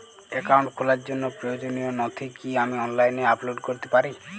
Account খোলার জন্য প্রয়োজনীয় নথি কি আমি অনলাইনে আপলোড করতে পারি?